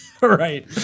Right